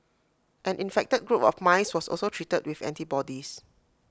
an infected group of mice was also treated with antibodies